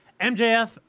MJF